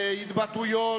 להתבטאויות,